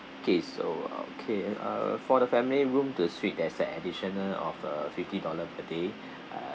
okay so okay uh for the family room the suite as an additional of a fifty dollar a day uh